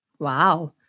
Wow